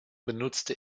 benutzte